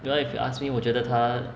you want if you ask me 我觉得它